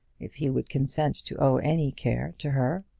if he would consent to owe any care to her.